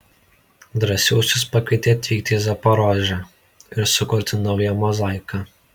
drąsiuosius pakvietė atvykti į zaporožę ir sukurti naują mozaiką